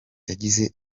yagize